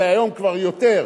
היום זה כבר יותר,